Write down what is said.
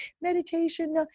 meditation